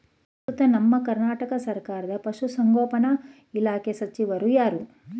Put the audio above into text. ಪ್ರಸ್ತುತ ನಮ್ಮ ಕರ್ನಾಟಕ ಸರ್ಕಾರದ ಪಶು ಸಂಗೋಪನಾ ಇಲಾಖೆಯ ಸಚಿವರು ಯಾರು?